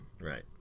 Right